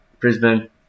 Brisbane